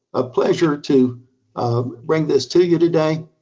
a pleasure to um bring this to you today.